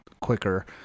quicker